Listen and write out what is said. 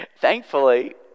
Thankfully